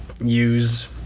use